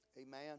Amen